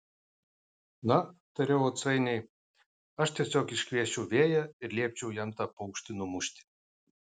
na tariau atsainiai aš tiesiog iškviesčiau vėją ir liepčiau jam tą paukštį numušti